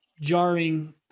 jarring